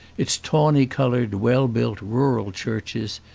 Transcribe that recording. its tawny-coloured, well-built rural churches,